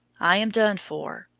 i am done for.